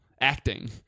Acting